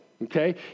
Okay